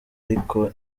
ariko